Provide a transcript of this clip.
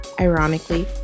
Ironically